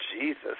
Jesus